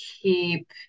keep